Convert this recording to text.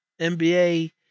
NBA